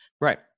Right